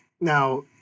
Now